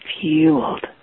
fueled